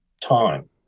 time